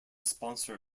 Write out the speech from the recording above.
sponsor